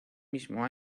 mismo